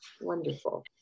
Wonderful